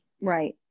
Right